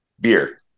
beer